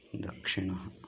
दक्षिणः